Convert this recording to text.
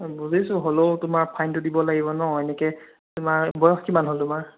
বুজিছো হ'লেওঁ তোমাৰ ফাইনটো দিব লাগিব ন' এনেকে তোমাৰ বয়স কিমান হ'ল তোমাৰ